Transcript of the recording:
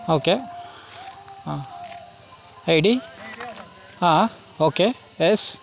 okay ಹಾಂ ಹೈಡಿ ಹಾಂ ಓಕೆ ಯೆಸ್